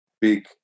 big